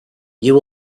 you